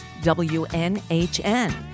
WNHN